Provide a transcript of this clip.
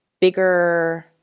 bigger